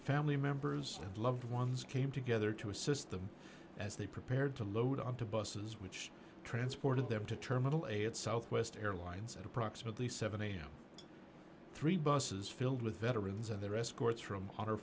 family members and loved ones came together to assist them as they prepared to load up the buses which transported them to terminal a at southwest airlines at approximately seven am three buses filled with veterans and their escorts from hon